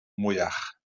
mwyach